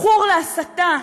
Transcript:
מכור להסתה,